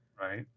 Right